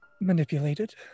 manipulated